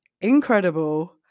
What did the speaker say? incredible